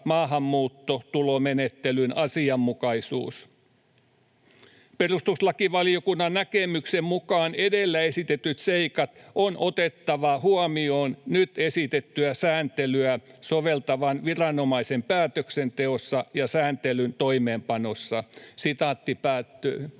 maahanmuuttotulomenettelyn asianmukaisuus. Perustuslakivaliokunnan näkemyksen mukaan edellä esitetyt seikat on otettava huomioon nyt esitettyä sääntelyä soveltavan viranomaisen päätöksenteossa ja sääntelyn toimeenpanossa.” Käsitykseni